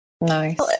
nice